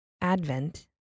Advent